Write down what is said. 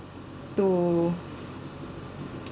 to